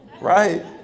right